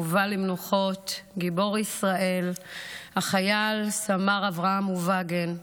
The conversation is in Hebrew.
מובא למנוחות גיבור ישראל החייל סמ"ר אברהם אובגן,